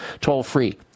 toll-free